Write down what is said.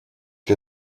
для